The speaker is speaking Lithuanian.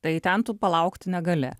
tai ten tu palaukti negali